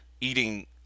eating